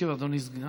ישיב אדוני סגן השר.